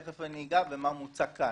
תיכף אני אגע במה שמוצע כאן.